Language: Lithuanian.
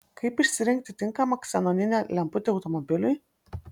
kaip išsirinkti tinkamą ksenoninę lemputę automobiliui